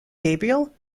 gabriel